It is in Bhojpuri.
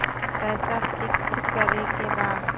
पैसा पिक्स करके बा?